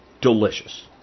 delicious